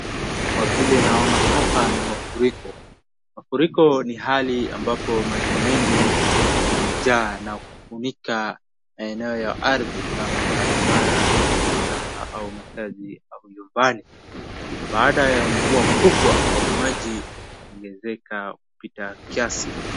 Kwa vile naona hapa ni mafuriko, mafuriko ni hali ambapo maji mengi yanajaa na kufunika maeneo ya ardhi ama barabara na mashamba au makaazi ya nyumbani, baada ya mvua kubwa au maji unaeza pita kiasi.